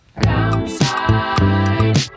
Downside